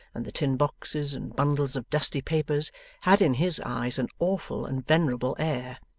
and the tin boxes and bundles of dusty papers had in his eyes an awful and venerable air.